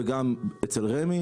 ואז מר עשת,